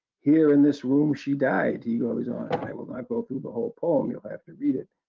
here in this room she died, he goes on. i will not go through the whole poem. you'll have to read it.